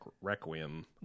Requiem